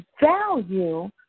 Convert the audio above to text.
value